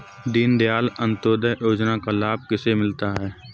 दीनदयाल अंत्योदय योजना का लाभ किसे मिलता है?